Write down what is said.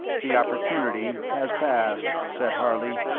the opportunity has passed, said harley.